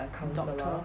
doctor